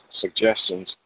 suggestions